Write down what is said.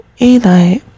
Eli